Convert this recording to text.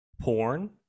porn